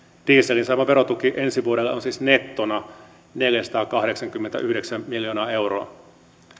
dieselin saama verotuki ensi vuodelle on siis nettona neljäsataakahdeksankymmentäyhdeksän miljoonaa euroa